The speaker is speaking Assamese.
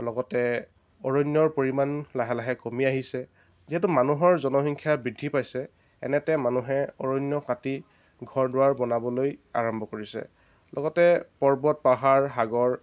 লগতে অৰণ্যৰ পৰিমাণ লাহে লাহে কমি আহিছে যিহেতু মানুহৰ জনসংখ্যা বৃদ্ধি পাইছে এনেতে মানুহে অৰণ্য কাটি ঘৰ দুৱাৰ বনাবলৈ আৰম্ভ কৰিছে লগতে পৰ্বত পাহাৰ সাগৰ